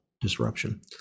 disruption